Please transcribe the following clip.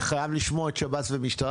אני חייב לשמוע את השב"ס ואת צה"ל,